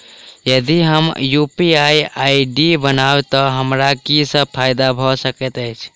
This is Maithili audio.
यदि हम यु.पी.आई आई.डी बनाबै तऽ हमरा की सब फायदा भऽ सकैत अछि?